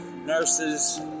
Nurses